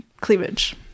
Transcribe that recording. cleavage